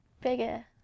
bigger